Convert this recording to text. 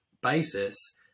basis